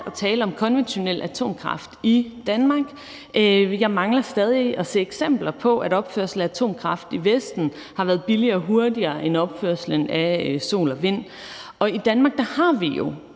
at tale om konventionel atomkraft i Danmark. Jeg mangler stadig at se eksempler på, at opførelse af atomkraftværker i Vesten har været billigere og hurtigere end opførelsen af sol- og vindanlæg. I Danmark har vi jo